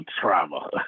trauma